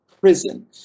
prison